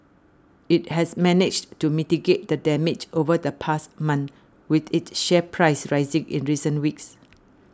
it has managed to mitigate the damage over the past month with its share price rising in recent weeks